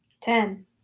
Ten